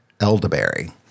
elderberry